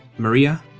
maria,